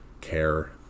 care